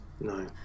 No